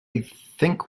think